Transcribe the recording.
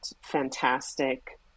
fantastic